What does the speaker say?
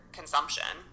consumption